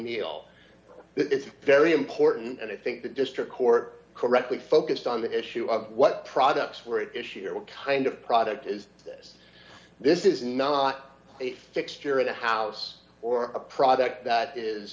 that it's very important and i think the district court correctly focused on the issue of what products were issue here what kind of product is this this is not a fixture in the house or a product that is